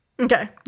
Okay